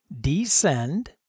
descend